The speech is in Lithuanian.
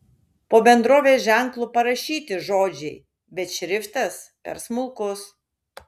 po bendrovės ženklu parašyti žodžiai bet šriftas per smulkus